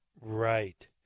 Right